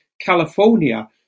California